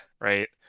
right